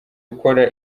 ukora